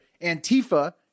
Antifa